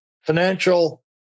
financial